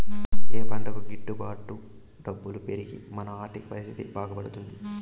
ఏ పంటకు గిట్టు బాటు డబ్బులు పెరిగి మన ఆర్థిక పరిస్థితి బాగుపడుతుంది?